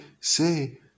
say